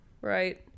right